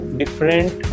different